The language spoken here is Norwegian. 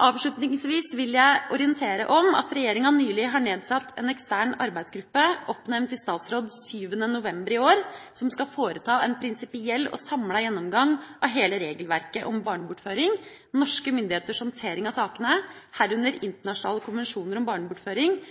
Avslutningsvis vil jeg orientere om at regjeringa nylig har nedsatt en ekstern arbeidsgruppe oppnevnt i statsråd 7. november i år som skal foreta en prinsipiell og samlet gjennomgang av hele regelverket om barnebortføring, norske myndigheters håndtering av sakene, herunder internasjonale konvensjoner om barnebortføring